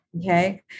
Okay